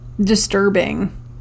disturbing